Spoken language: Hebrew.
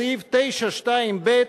בסעיף 9(2)(ב),